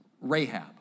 Rahab